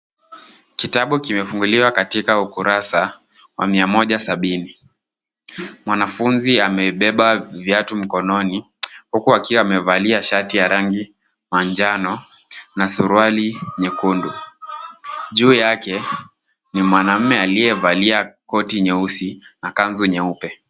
Kitabu kimefunguliwa katika ukurasa wa mia moja sabini. Mwanafunzi amebeba viatu mkononi huku akiwa amevalia shati ya rangi manjano na suruali nyekundu. Juu yake ni mwanamume aliyevalia koti nyeusi na kanzu nyeupe.